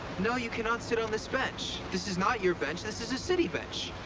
no, you cannot sit on this bench. this is not your bench. this is a city bench.